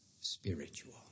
spiritual